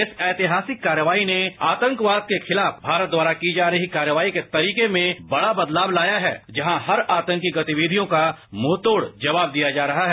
इस ऐतिहासिक कार्रवाई ने आतंकवाद के खिलाफ भारत द्वारा की जा रही कार्रवाई के तरीके में बड़ा बदलाव लाया है जहां हर आतंकी गतिविधियों का मुंहतोड जवाब दिया जा रहा है